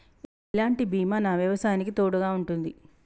ఎలాంటి బీమా నా వ్యవసాయానికి తోడుగా ఉంటుంది?